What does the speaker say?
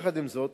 עם זאת,